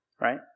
right